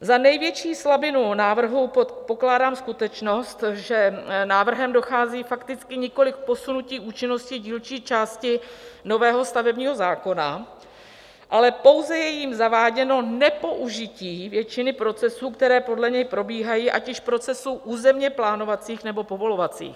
Za největší slabinu návrhu pokládám skutečnost, že návrhem dochází fakticky nikoliv k posunutí účinnosti dílčí části nového stavebního zákona, ale pouze je jím zaváděno nepoužití většiny procesů, které podle něj probíhají, ať již procesů územněplánovacích, nebo povolovacích.